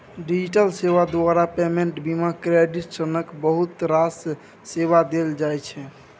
digital सेबा द्वारा payment, बीमा, क्रेडिट सनक बहुत रास सेबा देल जाइ छै